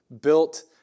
built